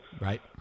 Right